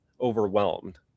overwhelmed